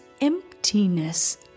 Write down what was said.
emptiness